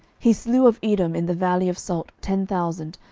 he slew of edom in the valley of salt ten thousand,